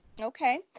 Okay